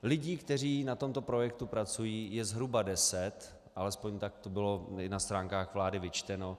Lidí, kteří na tomto projektu pracují, je zhruba deset, alespoň tak to bylo na stránkách vlády vyčteno.